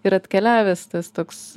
ir atkeliavęs tas toks